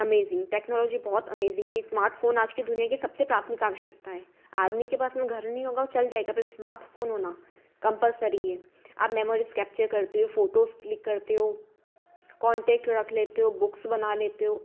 amazing technology बहुत amazing है smartphone आज के दुनिया की सबसे प्राथमिक आवश्यकताएँ है आदमी के पास में घर नहीं होगा वह चल जाएगा पर स्मार्टफोन होना कम्पलसरी है आप मेमोरीज़ कैप्चर करते हो फोटोस क्लिक करते हो कांटेक्ट रख लेते हो बुक्स बना लेते हो